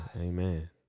Amen